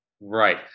Right